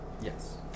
Yes